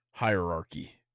Hierarchy